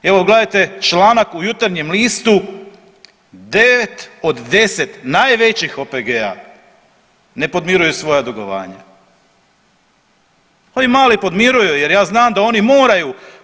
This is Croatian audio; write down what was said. Evo gledajte članak u Jutarnjem listu, „Devet od deset najvećih OPG-a ne podmiruju svoja dugovanja“, ovi mali podmiruju jer ja znam da oni moraju.